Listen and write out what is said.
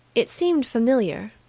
it seemed familiar,